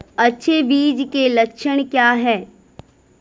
अच्छे बीज के लक्षण क्या हैं?